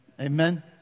Amen